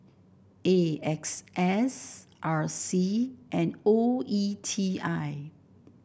A X S R C and O E T I